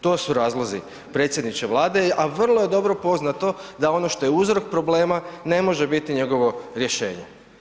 To su razlozi, predsjedniče Vlade, a vrlo je dobro poznato da ono što je uzrok problema, ne možete biti njegovo rješenje.